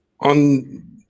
on